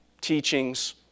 teachings